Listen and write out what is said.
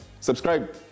Subscribe